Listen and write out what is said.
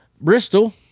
Bristol